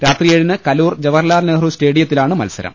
രാത്രി ഏഴിന് കലൂർ ജവഹർലാൽ നെഹ്റു സ്റ്റേഡിയത്തിലാണ് മത്സരം